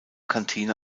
kantine